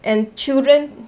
and children